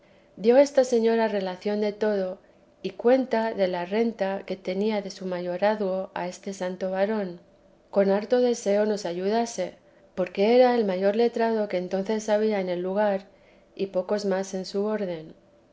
dio esta señora relación de todo y cuenta de la renta que tenía de su mayorazgo a este santo varón con harto deseo nos ayudase porque era el mayor letrado que entonces había en el iugar y pocos más en su orden